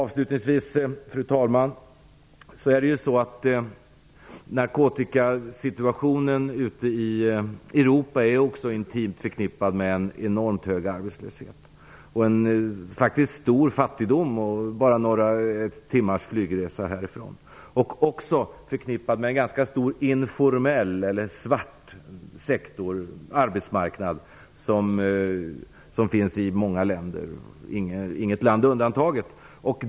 Fru talman! Narkotikasituationen ute i Europa är intimt förknippad med en enormt hög arbetslöshet och en stor fattigdom bara några timmars flygresa härifrån. Den är också förknippad med en ganska stor informell eller svart sektor och arbetsmarknad som finns i många länder, inget land undantaget.